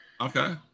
Okay